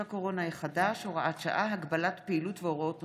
הקורונה החדש (הוראת שעה) (הגבלת פעילות והוראות נוספות)